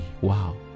Wow